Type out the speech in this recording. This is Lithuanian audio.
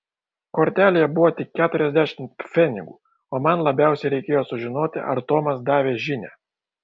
kortelėje buvo tik keturiasdešimt pfenigų o man galiausiai reikėjo sužinoti ar tomas davė žinią